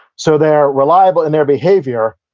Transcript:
so, they're reliable in their behavior,